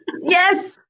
Yes